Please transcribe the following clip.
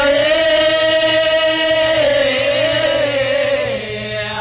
a